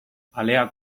aleak